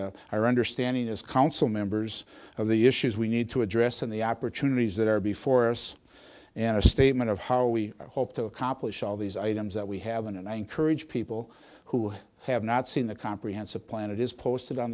i render standing as council members of the issues we need to address and the opportunities that are before us in a statement of how we hope to accomplish all these items that we haven't and i encourage people who have not seen the comprehensive plan it is posted on